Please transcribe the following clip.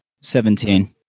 Seventeen